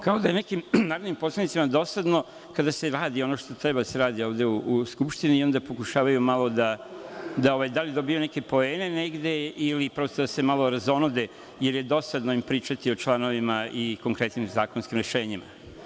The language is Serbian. Kao da je nekim narodnim poslanicima dosadno kada se radi ono što treba da se radi ovde u Skupštini i onda pokušavaju malo, da li da dobijaju neke poene negde ili prosto da se razonode, jer mi je dosadno da pričaju o članovima i konkretnim zakonskim rešenjima.